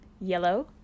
yellow